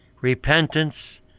repentance